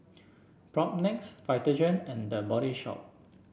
Propnex Vitagen and The Body Shop